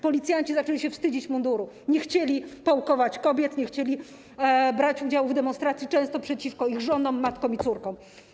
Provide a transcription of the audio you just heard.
Policjanci zaczęli się wstydzić mundurów, nie chcieli pałować kobiet, nie chcieli brać udziału w demonstracji, często przeciwko ich żonom, matkom i córkom.